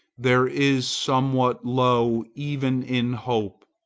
there is somewhat low even in hope.